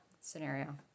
scenario